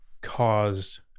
caused